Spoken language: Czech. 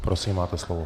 Prosím, máte slovo.